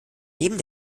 neben